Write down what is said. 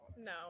No